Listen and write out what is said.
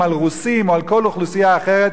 על רוסים או על כל אוכלוסייה אחרת,